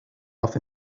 off